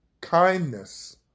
kindness